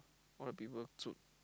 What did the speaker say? all the people chun